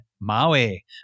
MAUI